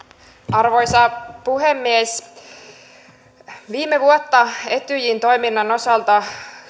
arvoisa puhemies viime vuonna etyjin toiminnan osalta